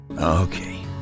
Okay